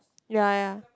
ya ya